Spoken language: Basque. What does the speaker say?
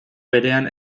berean